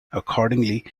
accordingly